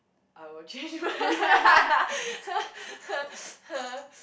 I would change my